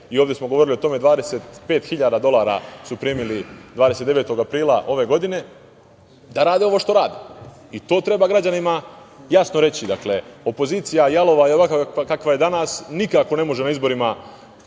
i ovde smo govorili o tome. Primili su 25.000 dolara 29. aprila ove godine da rade ovo što rade, i to treba građanima jasno reći. Dakle, opozicija, jalova, ovakva kakva je danas, nikako ne može na izborima